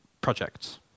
projects